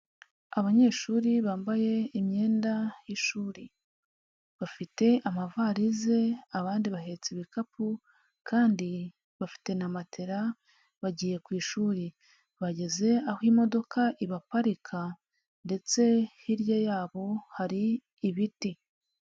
Abanyeshuri bambaye imyenda y'ishuri. Bafite amavalize abandi bahetsi ibikapu kandi bafite na matela bagiye ku ishuri. Bageze aho imodoka ibaparika ndetse hirya yabo hari ibiti.